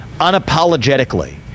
unapologetically